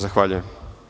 Zahvaljujem.